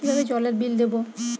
কিভাবে জলের বিল দেবো?